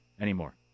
anymore